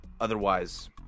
otherwise